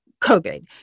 COVID